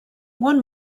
one